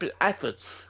effort